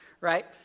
right